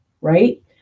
right